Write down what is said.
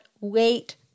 wait